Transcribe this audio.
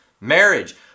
marriage